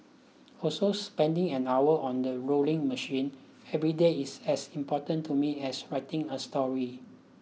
also spending an hour on the rowing machine every day is as important to me as writing a story